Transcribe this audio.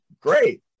Great